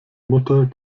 mutter